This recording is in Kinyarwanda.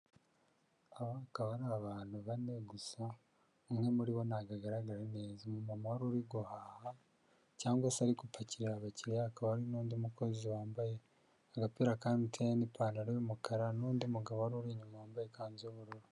Aba akaba ari abantu bane, gusa umwe muri bo ntabwo agaragara neza. Umumama wari uri guhaha cyangwa se ari gupakirira abakiriya, hakaba hari n'undi mukozi wambaye agapira ka MTN n'ipantaro y'umukara n'undi mugabo wari uri inyuma wambaye ikanzu y'ubururu.